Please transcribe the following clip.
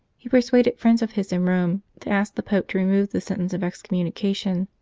he per suaded friends of his in rome to ask the pope to remove the sentence of excommunication.